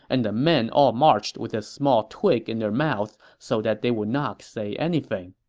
and the men all marched with a small twig in their mouths so that they would not say anything.